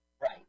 Right